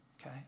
Okay